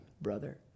brother